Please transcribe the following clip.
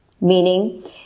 Meaning